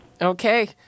Okay